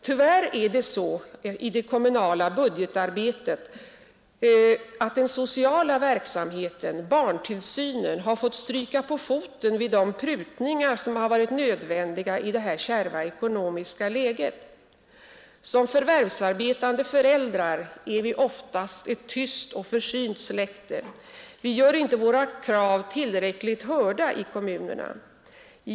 Tyvärr har i det kommunala budgetarbetet den sociala verksamheten, barntillsynen, fått stryka på foten vid de prutningar som har varit nödvändiga i det kärva ekonomiska läget. Som förvärvsarbetande föräldrar är vi oftast ett tyst och försynt släkte. Vi gör inte våra krav tillräckligt hörda i kommunerna.